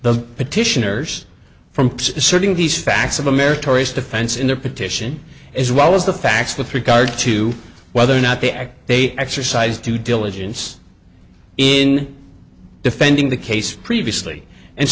the petitioners from asserting these facts of a meritorious defense in their petition as well as the facts with regard to whether or not they act they exercise due diligence in defending the case previously and